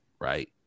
right